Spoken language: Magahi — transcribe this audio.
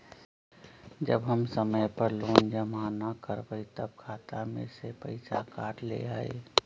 जब समय पर लोन जमा न करवई तब खाता में से पईसा काट लेहई?